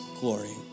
glory